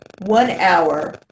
one-hour